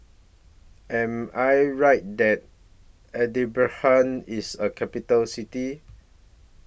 Am I Right that Edinburgh IS A Capital City